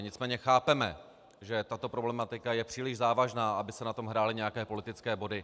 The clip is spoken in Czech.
Nicméně chápeme, že tato problematika je příliš závažná, aby se na tom hrály nějaké politické body.